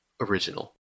original